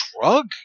drug